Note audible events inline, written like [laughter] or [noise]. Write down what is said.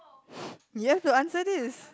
[noise] you have to answer this